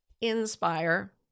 inspire